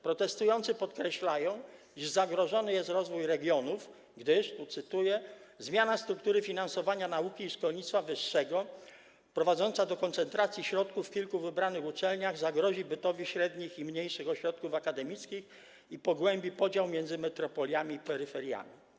Protestujący podkreślają, iż zagrożony jest rozwój regionów, gdyż „zmiana struktury finansowania nauki i szkolnictwa wyższego prowadząca do koncentracji środków w kilku wybranych uczelniach zagrozi bytowi średnich i mniejszych ośrodków akademickich i pogłębi podział między metropoliami i peryferiami”